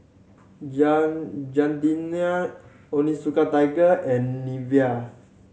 Gardenia Onitsuka Tiger and Nivea